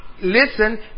listen